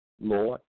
Lord